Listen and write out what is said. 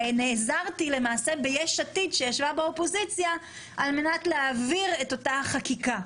ונעזרתי למעשה ביש עתיד שישבה באופוזיציה על מנת להעביר את אותה חקיקה.